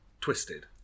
twisted